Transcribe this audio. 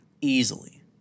Easily